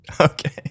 Okay